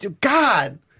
God